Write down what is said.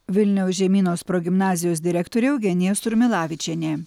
vilniaus žemynos progimnazijos direktorė eugenija surmilavičienė